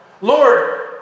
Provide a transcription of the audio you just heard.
Lord